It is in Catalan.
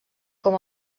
com